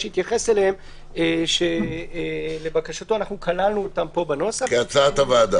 התייחס אליהן שלבקשתו כללנו אותן כאן בנוסח כהצעת הוועדה,